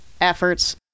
efforts